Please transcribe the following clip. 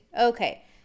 Okay